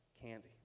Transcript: candy